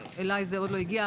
אליי זה עוד לא הגיע,